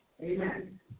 Amen